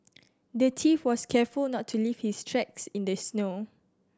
the thief was careful not to leave his tracks in the snow